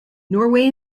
norway